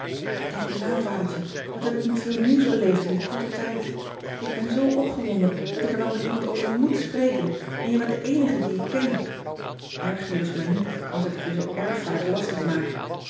aar desk eens aan adertje vat heb ik niet veel nieuws beleefd in dien korten tijd ik ben zoo opgewonden dat ik er wel met iemand over moet spreken en jij bent de eenige dien ik ken rger je dus maar niet als ik het je zoo erg vaak lastig maak